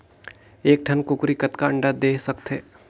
एक ठन कूकरी कतका अंडा दे सकथे?